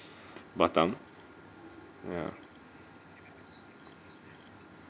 batam ya